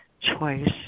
choice